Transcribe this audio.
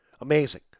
Amazing